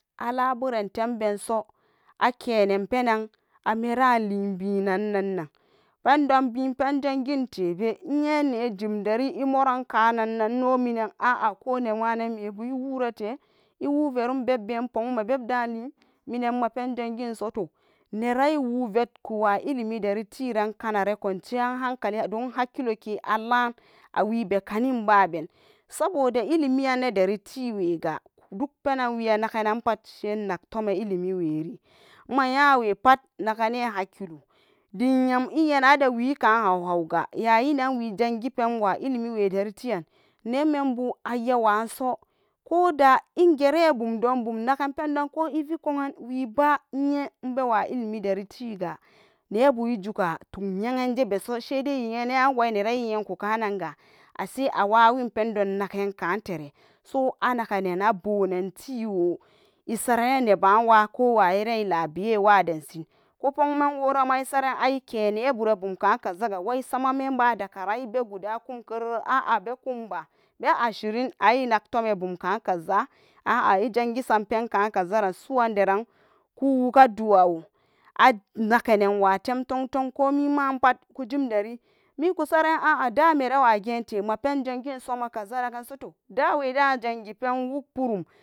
Alaburan lembenso akenenpenan ameralibenanan pendom bin bin zangentebe iyene jimderi immoran kanannan ino miyan aa koh nenwa nan nebu iworete iwoverun bebben imma bebelantin nmaben zan gen solo neran iwovel ko wa ilimideri teranga hanare kon ciyan hankali don haki lo ke alane awebe kanninnaben saboda iliminyan natega dokpenan wea naganan pat sai we innak tome ilimi weri immanyawe pat naga ne nakilo dem invena the wekan hawhawga ainen we zangepen an ilimi we deri teyan nemembu iyewan so koda igera bumdon nagan pen don iya dari tega ko ive konyan wa ilimi derite nebu izuga toknyan sebe so sai an wananza iyeko kanan gan ase cawawin pendon nagan ko tere so anakena abunatewo saranan nebawa wayiren ilare wa den shin koh pukman isaran ayike neburan bum kan kaza waisama mimbu adakaran guda kumkerere a. a bekumba be ashirin an inantom iboni a. a izanisam pen kan kazarun ga soranderan koh waga duwawo anaganan wapen tonton ko mima pat kuzim dari da'aedu zan gi pen wokpurum.